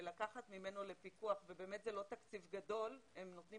לקחת ממנו לפיקוח וזה לא תקציב גדול כי הם נותנים